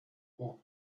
пор